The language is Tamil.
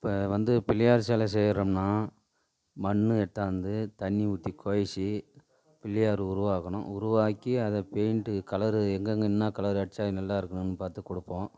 இப்போ வந்து பிள்ளையார் சில செய்யறோம்னா மண்ணு எடுத்தாந்து தண்ணி ஊற்றி குழச்சி பிள்ளையார் உருவாக்கணும் உருவாக்கி அதை பெயிண்ட்டு கலரு எங்கெங்கே என்னா கலரு அடிச்சால் நல்லா இருக்கும்ன்னு பார்த்து கொடுப்போம்